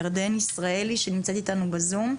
ירדן ישראלי שנמצאת איתנו בזום,